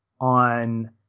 on